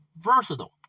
versatile